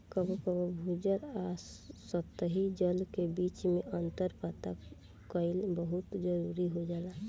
कबो कबो भू जल आ सतही जल के बीच में अंतर पता कईल बहुत जरूरी हो जाला